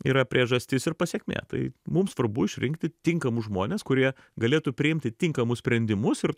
yra priežastis ir pasekmė tai mums svarbu išrinkti tinkamus žmones kurie galėtų priimti tinkamus sprendimus ir